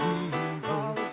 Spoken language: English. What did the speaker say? Jesus